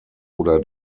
oder